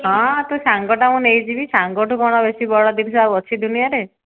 ହଁ ତୁ ସାଙ୍ଗଟା ମୁଁ ନେଇଯିବି ସାଙ୍ଗଠୁ କ'ଣ ବେଶୀ ବଡ ଜିନିଷ ଆଉ ଅଛି ଦୁନିଆରେ